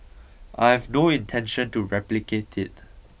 I have no intention to replicate it